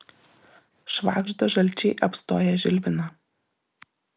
švagžda žalčiai apstoję žilviną